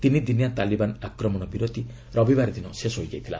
ତିନିଦିନିଆ ତାଲିବାନ୍ ଆକ୍ରମଣ ବିରତି ରବିବାର ଦିନ ଶେଷ ହୋଇଥିଲା